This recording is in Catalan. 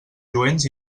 lluents